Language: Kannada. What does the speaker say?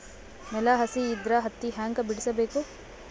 ನೆಲ ಹಸಿ ಇದ್ರ ಹತ್ತಿ ಹ್ಯಾಂಗ ಬಿಡಿಸಬೇಕು?